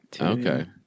Okay